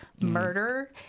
murder